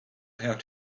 how